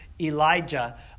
Elijah